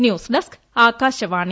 news desk Akashvani